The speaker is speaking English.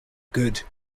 good